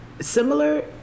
similar